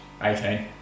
18